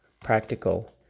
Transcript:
practical